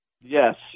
yes